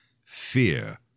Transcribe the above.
Fear